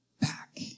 back